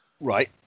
Right